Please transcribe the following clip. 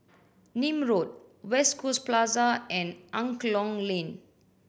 Nim Road West Coast Plaza and Angklong Lane